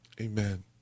amen